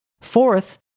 Fourth